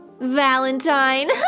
Valentine